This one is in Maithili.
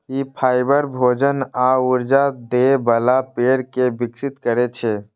ई फाइबर, भोजन आ ऊर्जा दै बला पेड़ कें विकसित करै छै